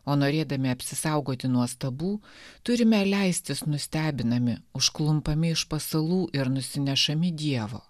o norėdami apsisaugoti nuo stabų turime leistis nustebinami užklumpami iš pasalų ir nusinešami dievo